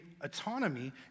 autonomy